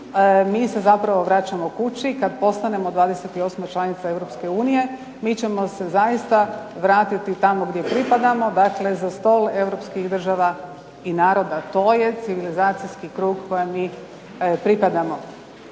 Mi se zapravo vraćamo kući kada postanemo 28 članica Europske unije, mi ćemo se zaista vratiti tamo gdje pripadamo, dakle za stol europskih država i naroda. To je civilizacijski krug kojem mi pripadamo.